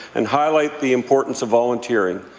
and highlight the importance of volunteering.